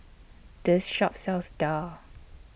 This Shop sells Daal